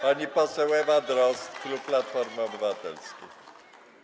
Pani poseł Ewa Drozd, klub Platforma Obywatelska.